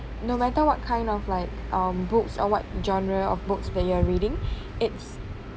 no matter what kind of like um books or what genre of books that you are reading it's